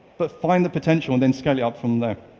but find the potential and then scale it up from there.